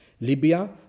Libya